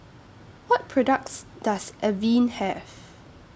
What products Does Avene Have